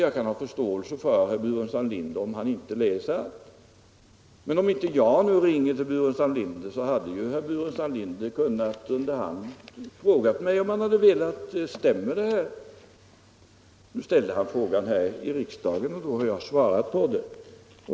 Jag kan ha förståelse för herr Burenstam Linder om han inte läser allt, men om jag inte ringer till herr Burenstam Linder så hade ju han kunnat under hand fråga mig, om han hade velat: Stämmer det här? Nu ställde han frågan här i riksdagen, och jag har svarat på den.